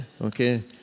Okay